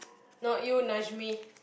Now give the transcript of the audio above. not you Najmi